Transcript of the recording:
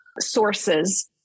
sources